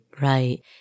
Right